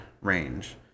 range